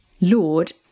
lord